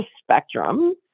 spectrum